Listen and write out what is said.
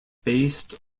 based